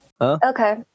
Okay